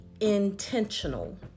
intentional